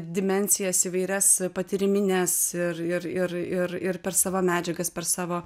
dimensijas įvairias patyrimines ir ir ir ir ir per savo medžiagas per savo